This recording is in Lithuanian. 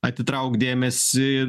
atitraukt dėmesį